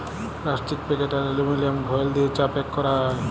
plastic packet আর aluminium foil দিয়ে চা প্যাক ক্যরা যায়